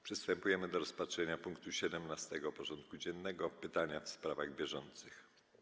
Przystępujemy do rozpatrzenia punktu 17. porządku dziennego: Pytania w sprawach bieżących.